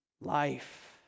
life